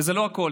וזה לא הכול.